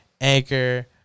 Anchor